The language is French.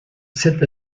cet